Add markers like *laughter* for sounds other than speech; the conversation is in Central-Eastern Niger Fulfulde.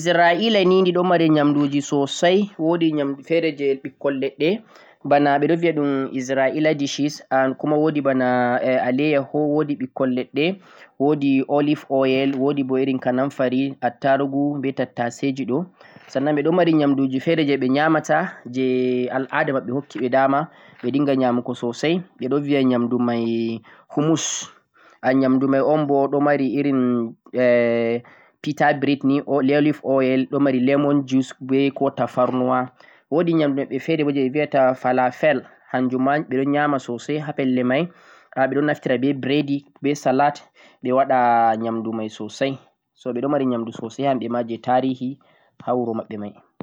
leddi Israel ni leddi di ɗo mari nyamduji sosai, wo'di nyamdu fe're je ɓikkon leɗɗe bana ɓe ɗon viya ɗum Israela dishes, and wo'di kuma bana alayyaho, wo'di ɓikkon leɗɗe, wo'di olive oil, wo'di bo irin kanamfari, attarugu, be tattaseji ɗo, sanna ɓe ɗon mari nyamdu ji fe're je ɓe nyamata je al'ada maɓɓe hokki ɓe dama ɓe dinga nyamugo sosai, ɓeɗon viya nyamdu mai humus, nyamdu mai un bo ɗon mari irin *hesitation* pitabread ni, olive oil, ɗo mari lemon juice, be ko tafarnuwa, wo'di nyamdu maɓɓe fe're bo je ɓe viyata falafel hanjum ma ɓeɗon nyama sosai ha pelle mai, ɓeɗon naftira breadi, be salad, ɓe waɗa nyamdu mai sosai, so ɓe ɗo mari nyamdu sosai hamɓe ma je tarihi ha wuro maɓɓe mai.